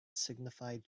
signified